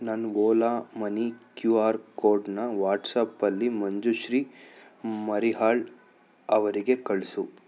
ನನ್ಗೆ Ola money Q R ಕೋಡ್ನ ವಾಟ್ಸಾಪಲ್ಲಿ ಮಂಜುಶ್ರೀ ಮರೀಹಾಳ್ ಅವರಿಗೆ ಕಳಿಸು